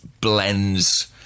blends